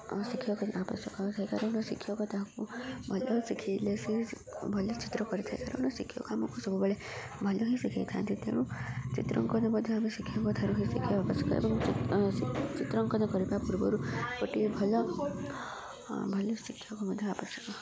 ଶିକ୍ଷକ ଆବଶ୍ୟକ ଥାଏ କାରଣ ଶିକ୍ଷକ ତାକୁ ଭଲରେ ଶିଖାଇଲେ ସେ ଭଲ ଚିତ୍ର କରିଥାଏ କାରଣ ଶିକ୍ଷକ ଆମକୁ ସବୁବେଳେ ଭଲ ହିଁ ଶିଖାଇଥାନ୍ତି ତେଣୁ ଚିତ୍ରାଙ୍କନ ମଧ୍ୟ ଆମେ ଶିକ୍ଷକଠାରୁ ହଁ ଶିଖିବା ଆବଶ୍ୟକ ଏବଂ ଚିତ୍ରାଙ୍କନ କରିବା ପୂର୍ବରୁ ଗୋଟିଏ ଭଲ ଭଲ ଶିକ୍ଷକ ମଧ୍ୟ ଆବଶ୍ୟକ